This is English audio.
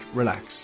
relax